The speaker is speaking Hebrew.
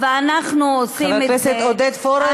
ואנחנו עושים את זה חבר הכנסת עודד פורר,